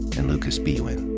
and lucas biewen.